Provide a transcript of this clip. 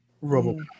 Robo